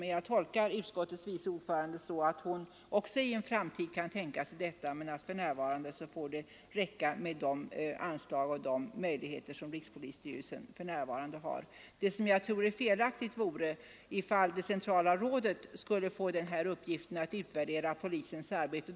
Jag tolkar emellertid utskottets vice ordförande så, att hon också kan tänka sig detta i en framtid, men att det för närvarande räcker med de anslag och de möjligheter som rikspolisstyrelsen har. Det jag tror vore felaktigt är att det centrala rådet skulle få den här uppgiften att utvärdera polisens arbete.